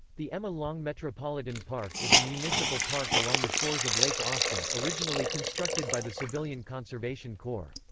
the emma long metropolitan park is a municipal park along the shores of lake austin, originally constructed by the civilian conservation corps.